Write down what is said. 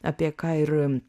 apie ką ir